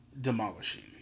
demolishing